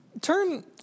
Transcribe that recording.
Turn